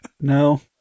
No